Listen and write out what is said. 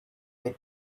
way